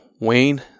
Wayne